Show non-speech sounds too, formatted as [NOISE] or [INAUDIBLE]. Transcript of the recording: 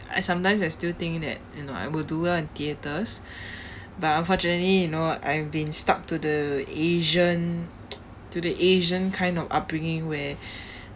I sometimes I still think that you know I would do well in theatres [BREATH] but unfortunately you know I have been stuck to the asian [NOISE] to the asian kind of upbringing where